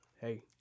Hey